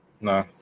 No